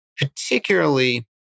particularly